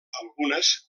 algunes